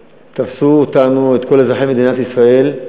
שתפסו אותנו, את כל אזרחי מדינת ישראל,